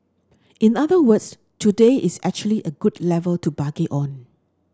in other words today is actually a good level to bargain on